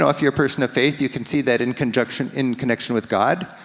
if you're a person of faith, you can see that in connection in connection with god.